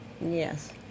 Yes